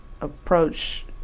approach